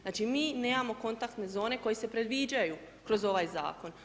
Znači mi nemamo kontaktne zone koje se predviđaju kroz ovaj zakon.